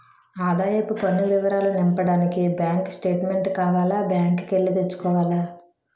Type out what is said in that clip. ఆదాయపు పన్ను వివరాలు నింపడానికి బ్యాంకు స్టేట్మెంటు కావాల బ్యాంకు కి ఎల్లి తెచ్చుకోవాల